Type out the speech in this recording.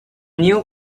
new